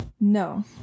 no